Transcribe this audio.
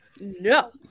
No